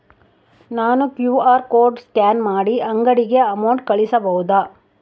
ನಾನು QR code scan ಮಾಡಿ ಅಂಗಡಿಗೆ ಅಮೌಂಟ್ ಕಳಿಸಬಹುದಾ?